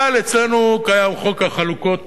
אבל אצלנו קיים חוק החלוקות